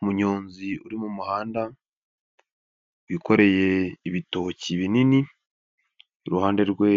Umunyonzi uri mu muhanda, wikoreye ibitoki binini, iruhande rwe